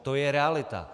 To je realita.